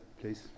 please